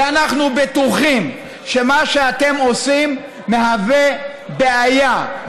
ואנחנו בטוחים שמה שאתם עושים מהווה בעיה,